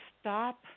stop